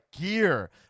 gear